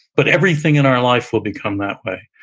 but everything in our life will become that way.